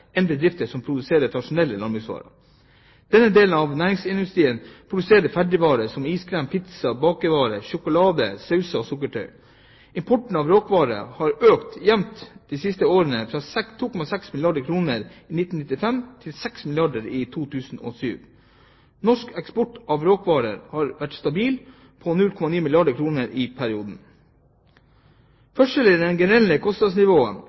enn bedrifter som produserer tradisjonelle landbruksvarer. Denne delen av næringsmiddelindustrien produserer ferdigvarer som iskrem, pizza, bakervarer, sjokolade, sauser og sukkertøy. Importen av RÅK-varer har økt jevnt de siste årene, fra 2,6 milliarder kr i 1995 til 6 milliarder kr i 2007. Norsk eksport av RÅK-varer har vært stabil på 0,9 milliarder kr i perioden. Forskjeller i det generelle kostnadsnivået,